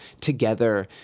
together